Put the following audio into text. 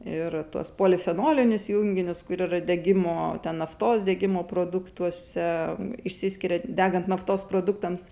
ir tuos polifenolinius junginius kur yra degimo ten naftos degimo produktuose išsiskiria degant naftos produktams